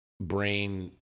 brain